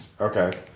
Okay